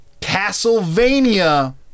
Castlevania